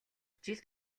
жил